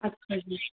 ਅੱਛਾ ਜੀ